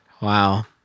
Wow